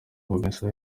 amamesa